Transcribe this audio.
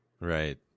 Right